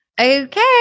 okay